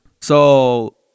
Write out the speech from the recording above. So-